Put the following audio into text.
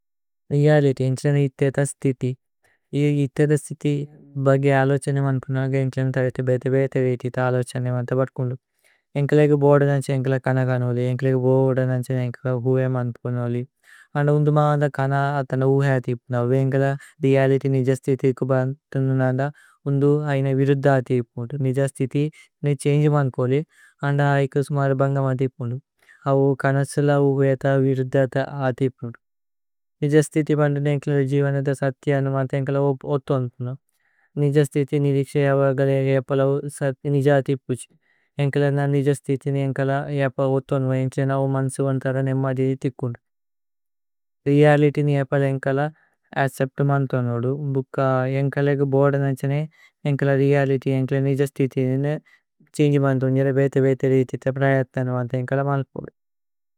Reality ഏന്ക്ലേനേ ഇത്ഥേത സ്തിഥി ഇ ഇത്ഥേത സ്തിഥി। ബഗേ അലോഛനേമ് അന്പുന അഗ ഏന്ക്ലേനേ തരേതേ ബേതേ। ബേതേ രീഥിത അലോഛനേമ് അന്ത ബത്കുന്ദു ഏന്ക്ലേലേഗ। ബോദ ന ഛേന ഏന്ക്ലേല കന ഗനോലി ഏന്ക്ലേലേഗ ബോദ। ന ഛേന ഏന്ക്ലേല ഹുഏ മന്പുനോ ലി അന്ദ ഉന്ദുമ। അന്ദ കന അതന്ദ ഉഹേ അതിപുന്ദു ഏന്ക്ലേല രേഅലിത്യ്। നിജസ് സ്തിഥി കുബന്തുന്ദു അന്ദ ഉന്ദു ഐന വിരുദ്ധ। അതിപുന്ദു നിജസ് സ്തിഥി നേ ഛന്ഗേ മന്പുനി അന്ദ। ഐകു സ്മര ബന്ഗമ് അതിപുന്ദു നിജസ് സ്തിഥി ബന്തുന്ദു। ഏന്ക്ലേല ജിവനത സഥ്യ ഏന്ക്ലേല ഓഥോന്ദുനു നിജസ്। സ്തിഥി നിരിക്സേ അവഗലേഗേ ഏന്ക്ലേല നിജതിപുജി। ഏന്ക്ലേലേഗ നിജസ് സ്തിഥി ഏന്ക്ലേല ഓഥോന്ദുനു। ഏന്ക്ലേലേഗ അവു മന്സു അന്തര നേമദിരിതികുനു। രേഅലിത്യ് ഏന്ക്ലേല അച്ചേപ്ത് മന്തുന്ദു ഏന്ക്ലേലേഗ। ബോദ ന ഛേന ഏന്ക്ലേല രേഅലിത്യ് ഏന്ക്ലേലേഗ നിജസ്। സ്തിഥി ഏന്ക്ലേല ഛന്ഗേ മന്തുന്ദു ഏന്ക്ലേലേഗ। ബേതേ ബേതേ രീഥിത പ്രയത്ന ഏന്ക്ലേലേഗ മന്പുനോ ലി।